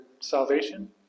salvation